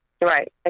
Right